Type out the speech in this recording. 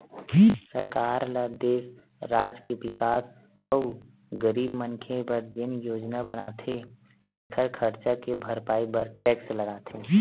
सरकार ल देस, राज के बिकास अउ गरीब मनखे बर जेन योजना बनाथे तेखर खरचा के भरपाई बर टेक्स लगाथे